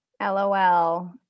lol